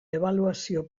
ebaluazio